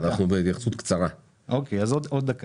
אנחנו יודעים